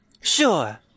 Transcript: Sure